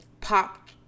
pop